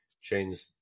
change